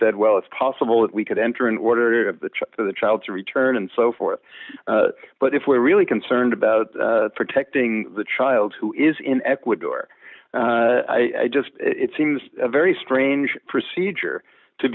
said well it's possible that we could enter an order of the trip of the child to return and so forth but if we're really concerned about protecting the child who is in ecuador i just it seems a very strange procedure to